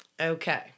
Okay